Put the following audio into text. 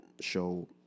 show